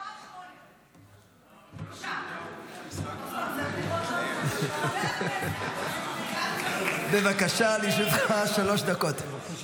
מס' 8. בבקשה, לרשותך שלוש דקות.